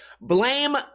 Blame